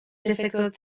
difficult